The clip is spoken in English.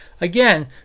again